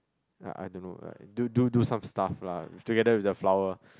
ya I don't know uh do do do some stuff lah together with the flower